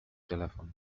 telefon